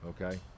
okay